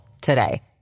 today